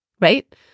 right